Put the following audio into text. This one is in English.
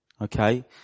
okay